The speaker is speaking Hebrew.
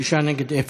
שישה נגד אפס.